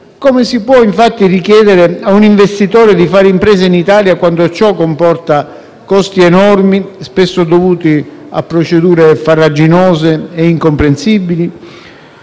Come si può infatti richiedere a un investitore di fare impresa in Italia quando ciò comporta costi enormi, spesso dovuti a procedure farraginose e incomprensibili?